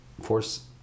force